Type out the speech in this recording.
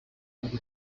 n’uko